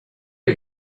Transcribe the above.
are